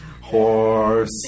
Horse